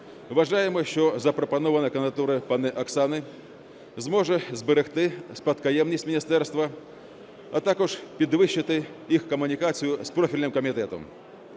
Вважаємо, що запропонована кандидатура пані Оксани зможе зберегти спадкоємність міністерства, а також підвищити їх комунікацію з профільним комітетом.